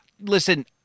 Listen